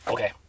Okay